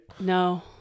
No